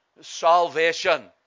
salvation